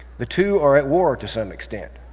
the two are at war to some extent.